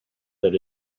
that